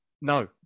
No